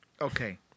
Okay